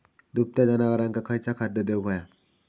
दुभत्या जनावरांका खयचा खाद्य देऊक व्हया?